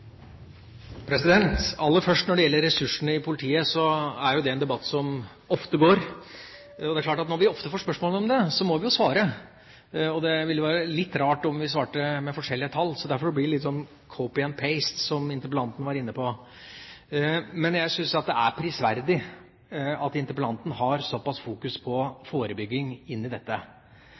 det en debatt som ofte går, og det er klart at når vi ofte får spørsmål om det, så må vi jo svare. Det ville jo være litt rart om vi svarte med forskjellige tall, så derfor blir det litt sånn «copy & paste», som interpellanten var inne på. Men jeg syns det er prisverdig at interpellanten har såpass fokus på forebygging her, for det bidrar til at dette